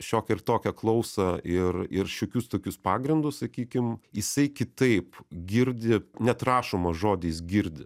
šiokią ir tokią klausą ir ir šiokius tokius pagrindus sakykim jisai kitaip girdi net rašomą žodį jis girdi